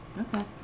Okay